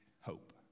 hope